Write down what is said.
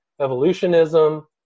evolutionism